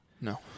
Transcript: No